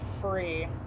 free